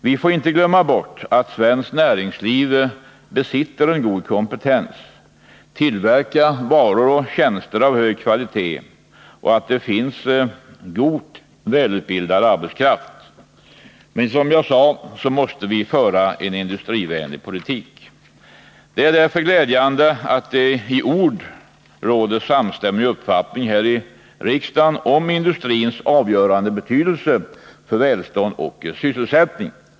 Vi får inte glömma bort att svenskt näringsliv besitter en god kompetens, tillverkar varor och tjänster av hög kvalitet och att det finns god och välutbildad arbetskraft. Men som jag sade måste vi föra en industrivänlig politik. Det är därför glädjande att det i ord råder en samstämmig uppfattning här i riksdagen om industrins avgörande betydelse för välstånd och sysselsättning.